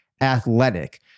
athletic